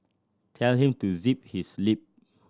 tell him to zip his lip